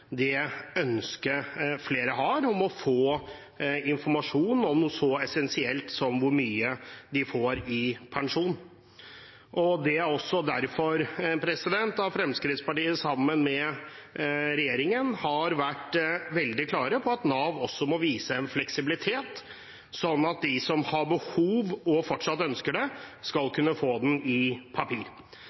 om å få informasjon om noe så essensielt som hvor mye de får i pensjon. Det er derfor Fremskrittspartiet sammen med regjeringen har vært veldig klare på at Nav må vise fleksibilitet, slik at de som har behov for det og fortsatt ønsker det, skal kunne få informasjonen på papir.